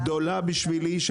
היא